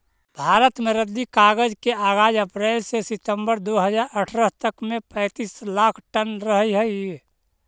भारत में रद्दी कागज के आगाज अप्रेल से सितम्बर दो हज़ार अट्ठरह तक में पैंतीस लाख टन रहऽ हई